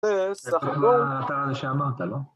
זה סך הכל. אתה שאמרת, לא?